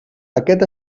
aquest